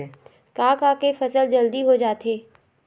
का का के फसल जल्दी हो जाथे?